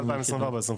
כן, זה ב-2024-25.